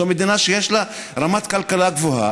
זו מדינה שיש בה רמת כלכלה גבוהה,